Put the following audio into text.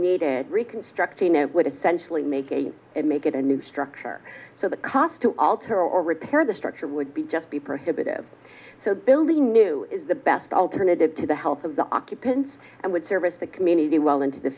needed reconstructing it would essentially make it make it a new structure so the cost to alter or repair the structure would be just be prohibitive so the building new is the best alternative to the health of the occupants and would service the community well into the